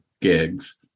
gigs